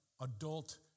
adult